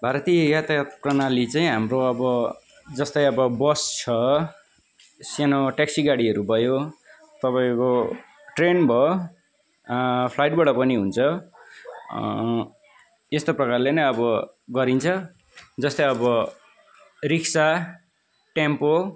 भारतीय यातायात प्रणाली चाहिँ अब हाम्रो जस्तै अब बस छ सानो ट्याक्सी गाडीहरू भयो तपाईँको ट्रेन भयो फ्लाइटबाट पनि हुन्छ यस्तो प्रकारले नै अब गरिन्छ जस्तै अब रिक्सा टेम्पो